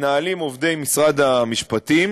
מנהלים עובדי משרד המשפטים,